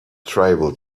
tribal